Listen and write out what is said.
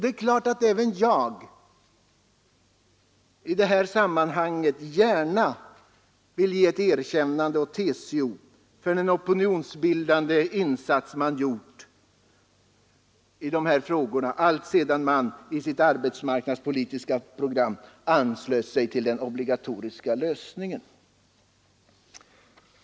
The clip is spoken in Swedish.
Det är klart att även jag i detta sammanhang gärna vill ge ett erkännande åt TCO för den opinionsbildan de insats man gjort i de här frågorna, alltsedan man i sitt arbetsmarknadspolitiska program anslöt sig till den obligatoriska lösningen.